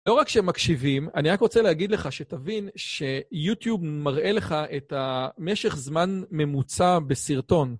לא רק שמקשיבים, אני רק רוצה להגיד לך שתבין שיוטיוב מראה לך את המשך זמן ממוצע בסרטון.